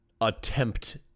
attempt